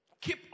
Keep